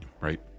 right